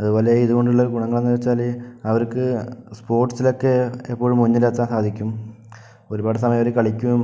അതുപോലെ ഇതുകൊണ്ടുള്ള ഗുണങ്ങൾ എന്ന് വച്ചാല് അവർക്ക് സ്പോർട്സിലൊക്കെ എപ്പോഴും മുന്നിലെത്താൻ സാധിക്കും ഒരുപാട് സമയം അവര് കളിക്കും